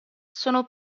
sono